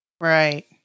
Right